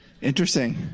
Interesting